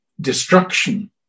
destruction